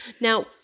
Now-